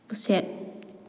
ꯎꯆꯦꯛ